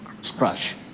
scratch